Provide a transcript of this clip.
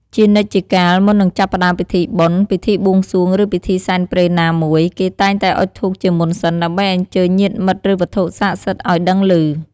ជានិច្ចជាកាលមុននឹងចាប់ផ្តើមពិធីបុណ្យ ពិធីបួងសួង ឬពិធីសែនព្រេនណាមួយ គេតែងតែអុជធូបជាមុនសិន ដើម្បីអញ្ជើញញាតិមិត្ត ឬវត្ថុស័ក្តិសិទ្ធិអោយដឹងឮ។